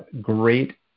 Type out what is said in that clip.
great